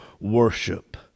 worship